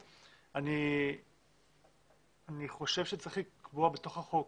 אני חושב שצריך לקבוע בתוך החוק